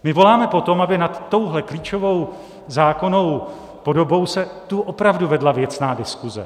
My voláme po tom, aby nad touhle klíčovou zákonnou podobou se tu opravdu vedla věcná diskuse.